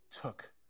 took